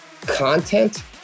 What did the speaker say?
content